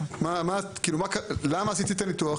כאילו למה עשיתי את הניתוח?